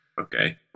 Okay